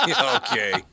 Okay